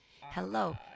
Hello